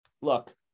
look